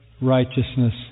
righteousness